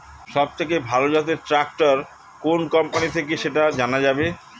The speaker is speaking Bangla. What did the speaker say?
সবথেকে ভালো জাতের ট্রাক্টর কোন কোম্পানি থেকে সেটা জানা যাবে?